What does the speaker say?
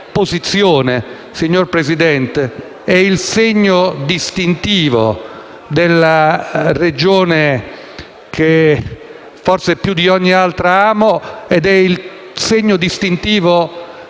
contrapposizione, signor Presidente, è il segno distintivo della Regione che forse più di ogni altra amo ed è il segno distintivo